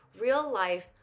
real-life